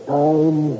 time